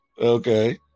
Okay